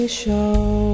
show